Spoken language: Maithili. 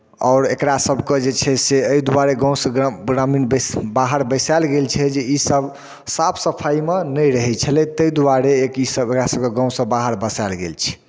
आओर एकरासभके जे छै से एहि दुआरे गामसँ ग्राम ग्रामीण बाहर बैसायल गेल छै जे ईसभ साफ सफाइमए नहि रहै छलै ताहि दुआरे कि ईसभ एकरासभके गामसँ बाहर बसायल गेल छै